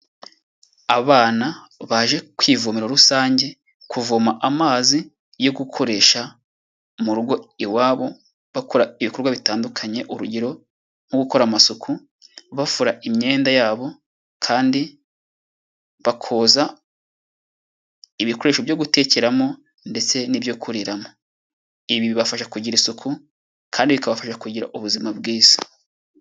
Abana baje ku ivomero rusange kuvoma amazi yo gukoresha mu rugo iwabo bakora ibikorwa bitandukanye, urugero; Nko gukora amasuku, bafura imyenda yabo kandi bakoza ibikoresho byo gutekeramo ndetse n'ibyo kuriramo. Ibi bibafasha kugira isuku kandi bikabafasha kugira ubuzima bwiza.